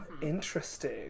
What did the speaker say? interesting